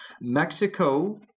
Mexico